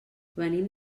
venim